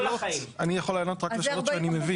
אני יכול לענות רק לשאלות שאני מבין.